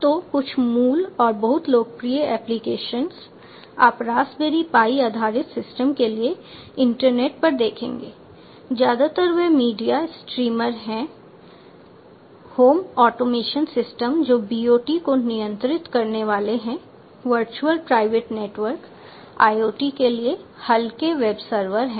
तो कुछ मूल और बहुत लोकप्रिय एप्लीकेशंस आप रास्पबेरी पाई आधारित सिस्टम के लिए इंटरनेट पर देखेंगे ज्यादातर वे मीडिया स्ट्रीमर हैं होम ऑटोमेशन सिस्टम जो BOT को नियंत्रित करने वाले हैं वर्चुअल प्राइवेट नेटवर्क IoT के लिए हल्के वेब सर्वर हैं